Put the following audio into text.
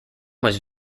was